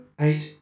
eight